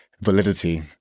validity